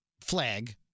flag